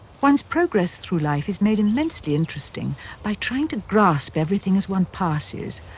one's progress through life is made immensely interesting by trying to grasp everything as one passes.